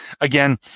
Again